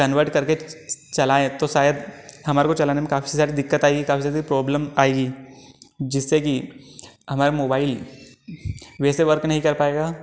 convert करके चलाएँ तो शायद हमारे को चलाने में काफ़ी सारी दिक्कत आएगी काफ़ी सारी प्रॉब्लम आएगी जिससे कि हमारे मोबाइल वैसे वर्क नहीं कर पाएगा